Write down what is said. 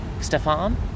stefan